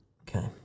Okay